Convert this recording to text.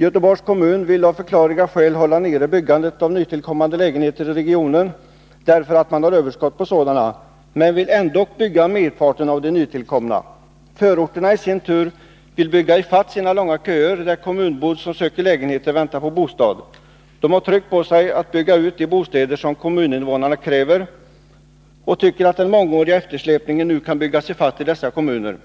Göteborgs kommun vill av förklarliga skäl hålla nere byggandet av nytillkommande lägenheter i regionen, därför att man har överskott på sådana, men vill ändock bygga merparten av de nytillkomna. Förorterna i sin tur vill bygga i fatt sina långa köer, där kommunbor som söker lägenheter väntar på bostad. De har tryck på sig att bygga ut de bostäder kommuninnevånarna kräver och tycker att den mångåriga eftersläpningen nu kan byggas i fatt i dessa kommuner,